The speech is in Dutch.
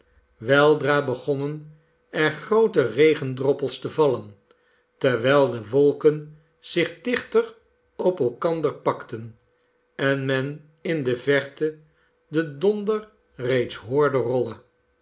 weldra begonnen er groote regendroppels te vallen terwijl de wolken zich dichter op elkander pakten en men in de verte den donder reeds hoorde